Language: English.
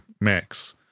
mix